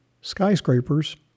skyscrapers